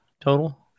total